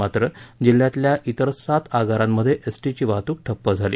मात्र जिल्ह्यातल्या इतर सर्व सात आगारांमध्ये एसटीची वाहतूक ठप्प झाली